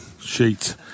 sheets